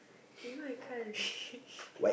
you know I can't reach